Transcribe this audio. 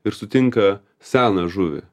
ir sutinka seną žuvį